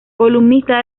columnista